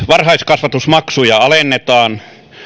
varhaiskasvatusmaksuja alennetaan